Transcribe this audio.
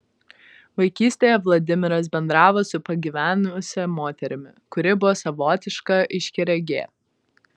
vaikystėje vladimiras bendravo su pagyvenusia moterimi kuri buvo savotiška aiškiaregė